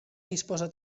disposa